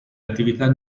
attività